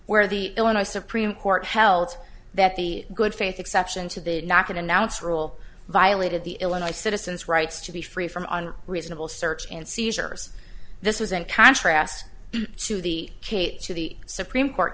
where the illinois supreme court held that the good faith exception to the not going to announce rule violated the illinois citizen's rights to be free from on reasonable search and seizures this was in contrast to the cape to the supreme court